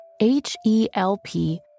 H-E-L-P